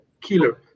killer